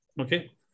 Okay